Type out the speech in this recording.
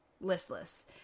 listless